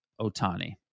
Otani